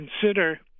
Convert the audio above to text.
consider